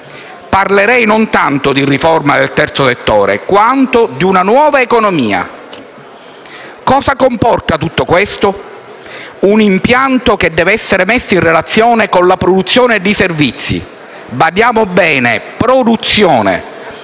Parlerei non tanto di riforma del terzo settore quanto di una nuova economia. Cosa comporta tutto questo? Comporta un impianto che deve essere messo in relazione con la produzione di servizi - badiamo bene: produzione